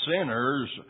sinners